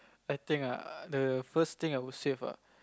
I think ah the first thing I would save ah